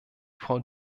frau